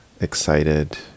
excited